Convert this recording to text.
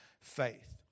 faith